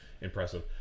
impressive